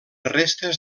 restes